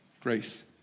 grace